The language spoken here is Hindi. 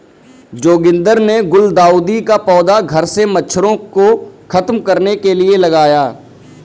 जोगिंदर ने गुलदाउदी का पौधा घर से मच्छरों को खत्म करने के लिए लगाया